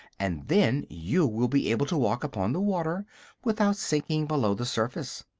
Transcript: and then you will be able to walk upon the water without sinking below the surface.